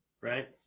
Right